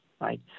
right